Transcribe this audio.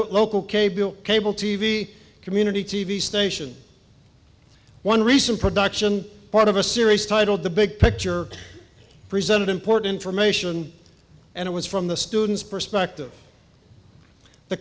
local cable cable t v community t v station one recent production part of a series titled the big picture presented important information and it was from the students perspective the